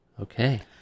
Okay